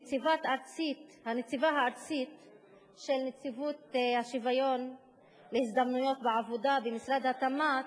נציבה ארצית בנציבות שוויון הזדמנויות בעבודה במשרד התמ"ת,